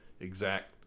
exact